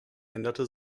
änderte